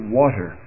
water